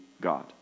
God